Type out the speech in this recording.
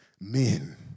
men